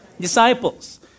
disciples